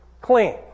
clean